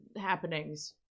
happenings